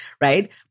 right